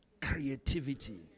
creativity